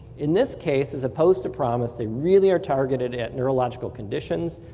in this case, as opposed to promis, they really are targeted at neurological conditions,